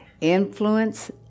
Influence